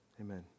amen